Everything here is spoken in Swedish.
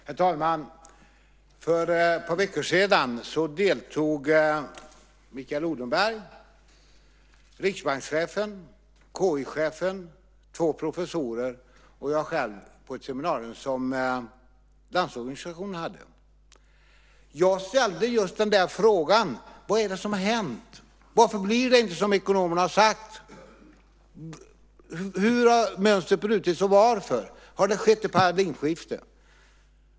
Herr talman! För ett par veckor sedan deltog Mikael Odenberg, riksbankschefen, KI-chefen, två professorer och jag själv på ett seminarium som Landsorganisationen hade. Jag frågade just: Vad är det som har hänt? Varför blir det inte som ekonomerna sagt? Hur har mönstret brutits och varför? Har det skett ett paradigmskifte?